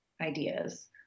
ideas